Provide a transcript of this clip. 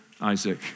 Isaac